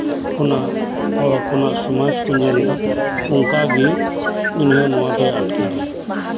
ᱚᱱᱟ ᱦᱚᱲ ᱦᱚᱯᱚᱱᱟᱜ ᱥᱚᱢᱟᱡ ᱠᱮ ᱧᱮᱞᱫᱟ ᱚᱱᱠᱟ ᱜᱮ ᱩᱱᱤ ᱱᱚᱣᱟ ᱫᱚᱭ ᱟᱴᱠᱟᱨᱟ